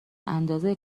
اندازه